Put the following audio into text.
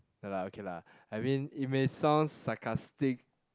ya lah okay lah I mean it may sound sarcastic